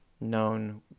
known